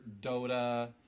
Dota